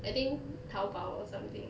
I think tao bao or something